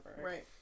Right